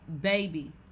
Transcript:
Baby